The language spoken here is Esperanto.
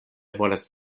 volas